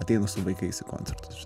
ateina su vaikais į koncertus